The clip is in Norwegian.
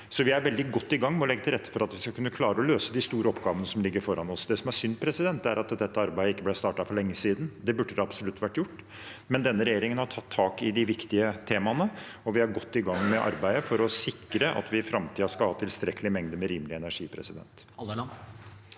Vi er veldig godt i gang med å legge til rette for at vi skal kunne klare å løse de store oppgavene som ligger foran oss. Det som er synd, er at dette arbeidet ikke ble startet for lenge siden. Det burde det absolutt blitt, men denne regjeringen har tatt tak i de viktige temaene, og vi er godt i gang med arbeidet for å sikre at vi i framtiden skal ha tilstrekkelige mengder med rimelig energi. Terje